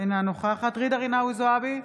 אינה נוכחת ג'ידא רינאוי זועבי,